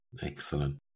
Excellent